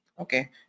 Okay